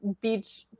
beach